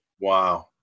Wow